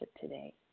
today